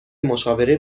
مشاوره